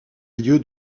lieu